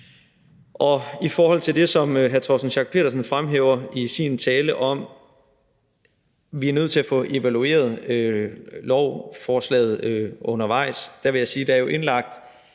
I forhold til det, som hr. Torsten Schack Pedersen fremhæver i sin tale, med, at vi er nødt til at få evalueret lovforslaget undervejs, vil jeg sige, at der jo er indlagt